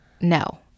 no